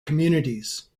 communities